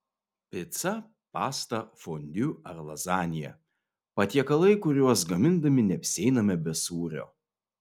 pica pasta fondiu ar lazanija patiekalai kuriuos gamindami neapsieiname be sūrio